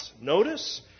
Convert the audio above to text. Notice